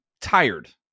tired